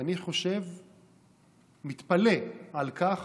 אני מתפלא על כך